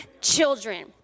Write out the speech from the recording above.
children